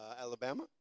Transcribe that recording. Alabama